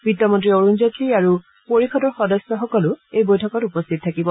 বিত্তমন্ত্ৰী অৰুণ জেটলী আৰু পৰিয়দৰ সদস্যসকল এই বৈঠকত উপস্থিত থাকিব